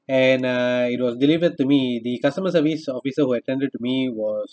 and uh it was delivered to me the customer service officer who attended to me was uh